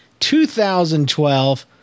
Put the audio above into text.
2012